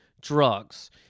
drugs